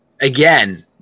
again